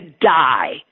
die